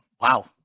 wow